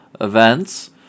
events